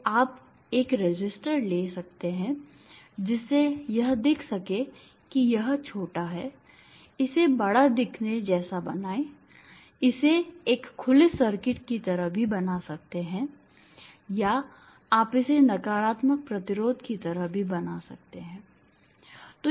तो आप एक रेसिस्टर ले सकते हैं जिससे यह दिख सके कि यह छोटा है इसे बड़ा दिखने जैसा बनाएं इसे एक खुले सर्किट की तरह भी बना सकते हैं या आप इसे नकारात्मक प्रतिरोध की तरह भी बना सकते हैं